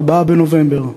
4 בנובמבר,